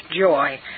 joy